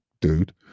dude